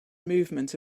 movement